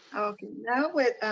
okay. now with